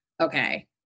okay